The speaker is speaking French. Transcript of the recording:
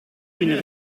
une